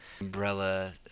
umbrella